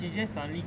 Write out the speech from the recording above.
really